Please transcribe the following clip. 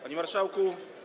Panie Marszałku!